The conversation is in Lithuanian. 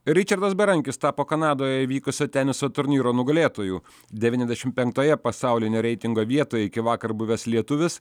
ričardas berankis tapo kanadoje vykusio teniso turnyro nugalėtoju devyniasdešim penktoje pasaulinio reitingo vietoje iki vakar buvęs lietuvis